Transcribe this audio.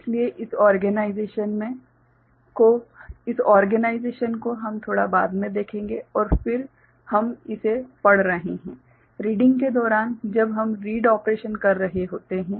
इसलिए इस ओर्गेनाइजेशन को हम थोड़ा बाद में देखेंगे और फिर हम इसे पढ़ रहे हैं रीडिंग के दौरान जब हम रीड ऑपरेशन कर रहे होते हैं